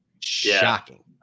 Shocking